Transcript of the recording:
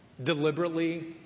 Deliberately